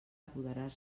apoderar